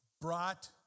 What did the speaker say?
brought